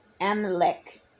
Amalek